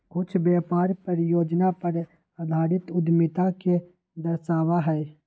कुछ व्यापार परियोजना पर आधारित उद्यमिता के दर्शावा हई